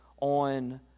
on